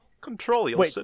control